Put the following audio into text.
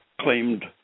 claimed